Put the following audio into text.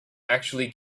actually